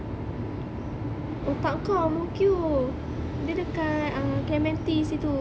otak kau ang mo kio dia dekat ah clementi situ